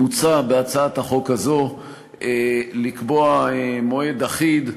מוצע בהצעת החוק הזאת לקבוע מועד אחיד,